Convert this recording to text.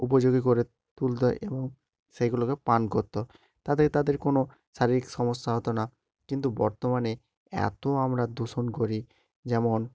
উপযোগী করে তুলতো এবং সেইগুলোকে পান করতো তাতে তাদের কোনো শারীরিক সমস্যা হতো না কিন্তু বর্তমানে এতো আমরা দূষণ করি যেমন